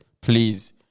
please